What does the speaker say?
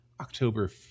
October